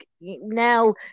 now